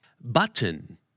Button